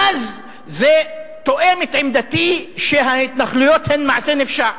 ואז זה תואם את עמדתי שההתנחלויות הן מעשה נפשע.